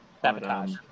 Sabotage